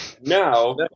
Now